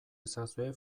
ezazue